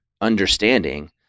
understanding